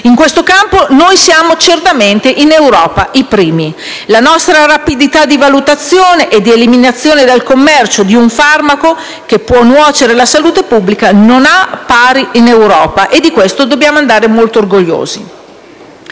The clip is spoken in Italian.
In questo campo noi siamo certamente i primi in Europa. La nostra rapidità di valutazione e di eliminazione dal commercio di un farmaco che può nuocere alla salute pubblica non ha pari in Europa, e di questo dobbiamo essere molto orgogliosi.